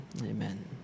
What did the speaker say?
amen